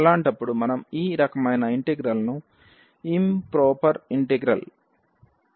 అలాంటప్పుడు మనము ఈ రకమైన ఇంటిగ్రల్ ను ఇంప్రొపెర్ ఇంటిగ్రల్ మొదటి రకం గా పిలుస్తాము